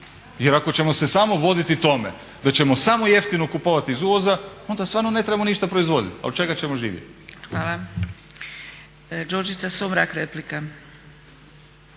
jer ako ćemo sa samo voditi tome da ćemo samo jeftino kupovati iz uvoda onda stvarno ne trebamo ništa proizvoditi. A od čega ćemo živjeti?